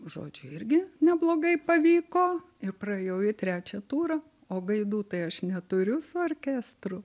žodžiu irgi neblogai pavyko ir praėjau į trečią turą o gaidų tai aš neturiu su orkestru